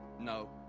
No